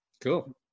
Cool